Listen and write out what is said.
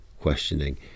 questioning